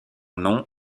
nom